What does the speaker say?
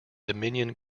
dominion